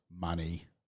money